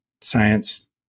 science